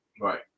Right